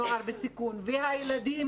הנוער בסיכון והילדים,